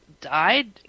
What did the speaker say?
died